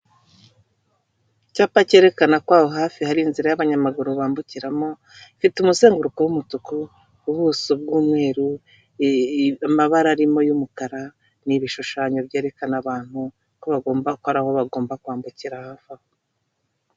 Icyapa cyerekana ko aho hafi hari inzira y'abanyamaguru bambukiramo ifite umusenguruko wumutuku ubuso bw'umweru amabara arimo y’ umukara ni ibishushanyo byerekana abantu ko bagomba gukora aho bagomba kwambukira hafi aho.